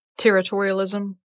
territorialism